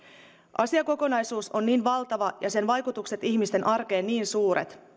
asiakokonaisuus on niin valtava ja sen vaikutukset ihmisten arkeen niin suuret